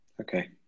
Okay